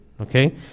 okay